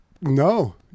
No